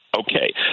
Okay